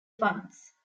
funds